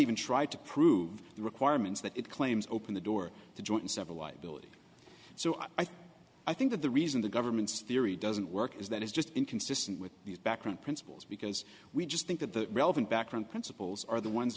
even tried to prove the requirements that it claims open the door to joint several liability so i think i think that the reason the government's theory doesn't work is that it's just inconsistent with these background principles because we just think that the relevant background principles are the ones